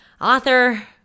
author